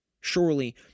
Surely